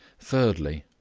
thirdly,